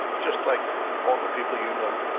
just like all the people you know.